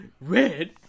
Red